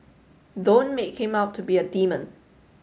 don't make him out to be a demon